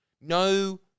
No